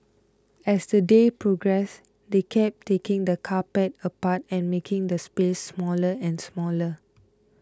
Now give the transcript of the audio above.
as the day progressed they kept taking the carpet apart and making the space smaller and smaller